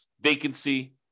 vacancy